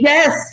Yes